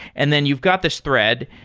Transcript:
and then you've got this thread,